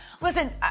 Listen